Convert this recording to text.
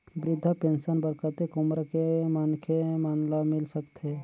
वृद्धा पेंशन बर कतेक उम्र के मनखे मन ल मिल सकथे?